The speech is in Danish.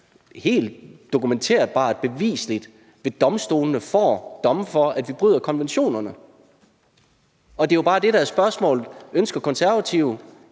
helt dokumenterbart og beviseligt ved domstolene får domme for, at vi bryder konventionerne. Det, der bare er spørgsmålet, er, om Det Konservative